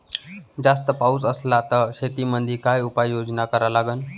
जास्त पाऊस असला त शेतीमंदी काय उपाययोजना करा लागन?